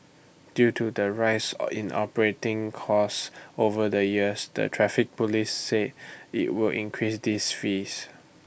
due to the rise or in operating costs over the years the traffic Police said IT would increase these fees